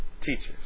teachers